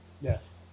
Yes